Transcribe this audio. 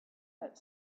that